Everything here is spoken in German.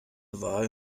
wahl